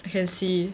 I can see